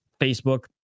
Facebook